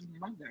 mother